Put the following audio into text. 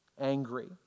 Angry